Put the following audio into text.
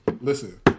Listen